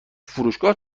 فروشگاه